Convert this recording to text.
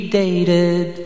dated